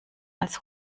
als